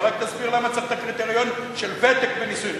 רק תסביר למה צריך את הקריטריון של ותק בנישואים,